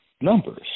numbers